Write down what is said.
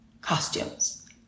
costumes